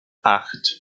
acht